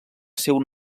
seu